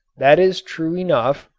that is true enough,